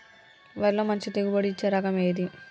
వరిలో మంచి దిగుబడి ఇచ్చే రకం ఏది?